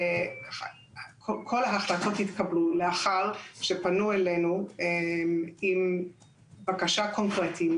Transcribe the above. כל ההחלטות התקבלו לאחר שפנו אלינו עם בקשה קונקרטית,